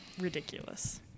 ridiculous